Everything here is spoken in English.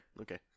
Okay